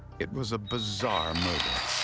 it was a bizarre murder.